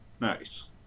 Nice